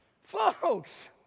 Folks